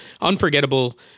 unforgettable